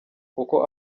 kuko